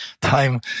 Time